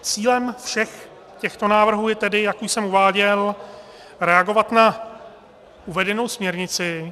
Cílem všech těchto návrhů je tedy, jak už jsem uváděl, reagovat na uvedenou směrnici